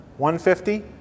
150